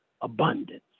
abundance